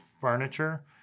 furniture